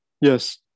Yes